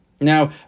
Now